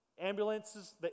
ambulances